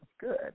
good